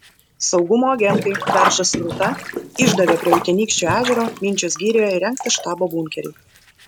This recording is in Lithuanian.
saugumo agentai beržas ir rūta išdavė prie utenykščio ežero minčios girioje įrengtą štabo bunkerį